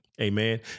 Amen